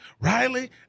Riley